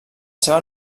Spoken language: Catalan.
seva